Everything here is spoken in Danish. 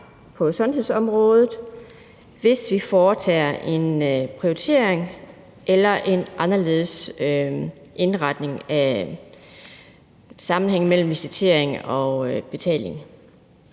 på sundhedsområdet, hvis vi foretager en prioritering eller en anderledes indretning af sammenhængen mellem visitering og betaling.